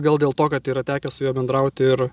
gal dėl to kad yra tekę su juo bendrauti ir